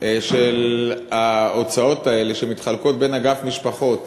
של ההוצאות האלה, שמתחלקות בין אגף משפחות